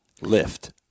LIFT